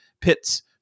pits